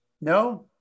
no